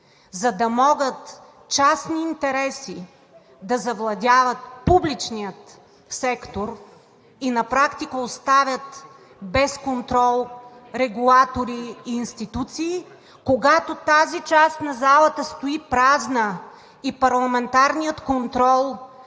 за да могат частни интереси да завладяват публичния сектор и на практика оставят без контрол регулатори и институции, когато тази част на залата стои празна и парламентарният контрол